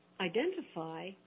identify